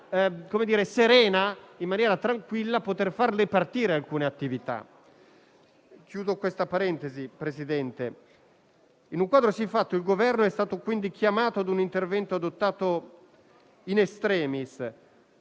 in un quadro siffatto, il Governo è stato chiamato a un intervento adottato *in extremis*,